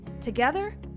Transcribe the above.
Together